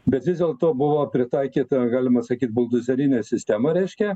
bet vis dėlto buvo pritaikyta galima sakyt buldozerinė sistema reiškia